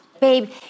Babe